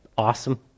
Awesome